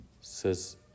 Says